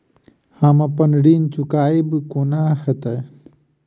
हम अप्पन ऋण चुकाइब कोना हैतय?